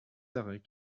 arrêts